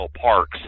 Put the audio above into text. parks